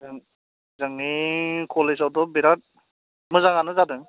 जोंनि कलेजावथ' बिराद मोजाङानो जादों